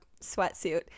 sweatsuit